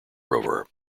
rover